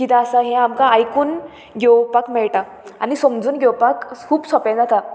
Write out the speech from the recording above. किदें आसा हें आमकां आयकून घेवपाक मेळटा आनी समजून घेवपाक खूब सोंपें जाता